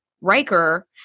Riker